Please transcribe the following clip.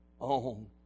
own